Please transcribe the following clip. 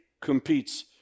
competes